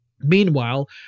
Meanwhile